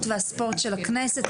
התרבות והספורט של הכנסת.